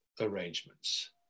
arrangements